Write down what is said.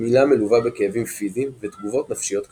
הגמילה מלווה בכאבים פיזיים ותגובות נפשיות קשות.